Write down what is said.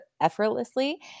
effortlessly